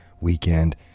weekend